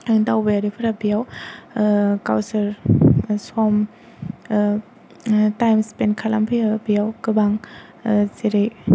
दावबायारिफोरा बेयाव गावसोर सम टाइम स्पेन्द खालामफैयो बेयाव गोबां जेरै